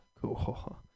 cool